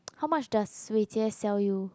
how much does Wei-Jie sell you